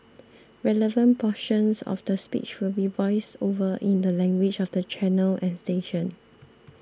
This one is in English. relevant portions of the speech will be voiced over in the language of the channel and station